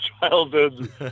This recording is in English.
childhood